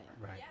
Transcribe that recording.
right